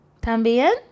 También